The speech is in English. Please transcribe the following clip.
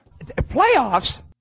playoffs